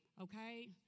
okay